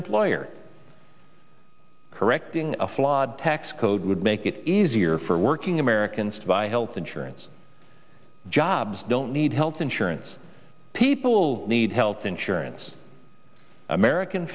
employer correcting a flawed tax code would make it easier for working americans to buy health insurance jobs don't need health insurance people need health insurance american